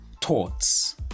thoughts